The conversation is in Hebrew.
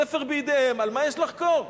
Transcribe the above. הספר בידיהם, על מה יש לחקור?